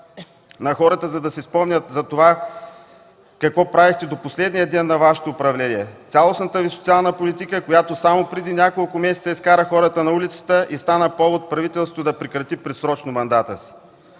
на хората, за да си спомнят за това какво правихте до последния ден на Вашето управление – цялостната Ви социална политика, която само преди няколко месеца изкара хората на улицата и стана повод правителството да прекрати предсрочно мандата си.